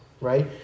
right